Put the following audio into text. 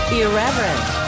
irreverent